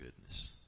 goodness